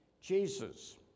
Jesus